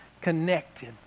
connected